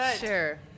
Sure